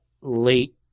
late